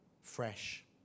fresh